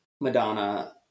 Madonna